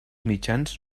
mitjans